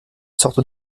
sorte